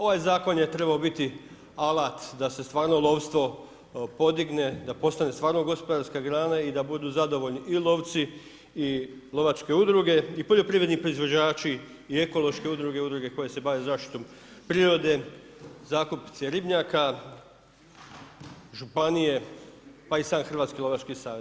Ovaj zakon je trebao biti alat da se stvarno lovstvo podigne, da postigne stvarno gospodarska grana i da budu zadovoljni i lovci i lovačke udruge i poljoprivredni proizvođači i ekološke udruge, udruge koje se bave zaštitom prirode, zakupci ribnjaka, županije pa i sam Hrvatski lovački savez.